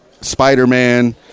Spider-Man